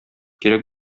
кирәк